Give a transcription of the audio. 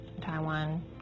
Taiwan